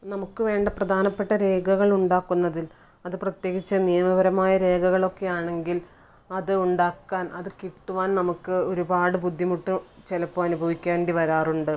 നമുക്ക് വേണ്ട പ്രധാനപ്പെട്ട രേഖകൾ ഉണ്ടാകുന്നതിൽ അത് പ്രത്യേകിച്ച് നിയമപരമായ രേഖകളൊക്കെ ആണെങ്കിൽ അത് ഉണ്ടാക്കാൻ അത് കിട്ടുവാൻ നമുക്ക് ഒരുപാട് ബുദ്ധിമുട്ട് ചിലപ്പോൾ അനുഭവിക്കേണ്ടി വരാറുണ്ട്